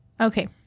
Okay